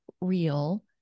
real